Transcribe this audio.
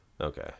Okay